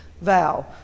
vow